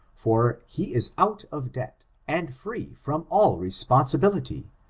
for he is out of debt and free from all responsibility,